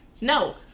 No